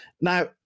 Now